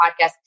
podcast